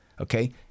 Okay